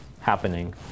happening